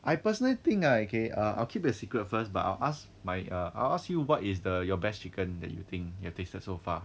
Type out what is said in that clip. I personally think okay uh I'll keep it a secret first but I'll ask my err I'll ask you what is the your best chicken that you think you have tasted so far